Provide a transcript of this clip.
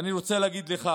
ואני רוצה להגיד לך,